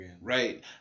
right